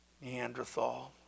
Neanderthal